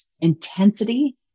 intensity